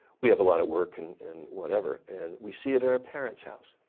we have a lot of work and and whatever. and we see it at our parents' house.